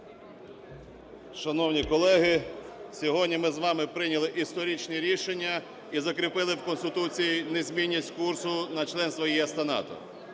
Шановні колеги, сьогодні ми з вами прийняли історичні рішення і закріпили в Конституції незмінність курсу на членство в ЄС та НАТО.